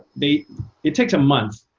they it takes a month